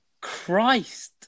Christ